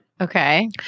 Okay